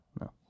No